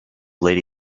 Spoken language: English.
lady